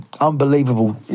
unbelievable